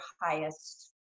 highest